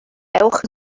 ewch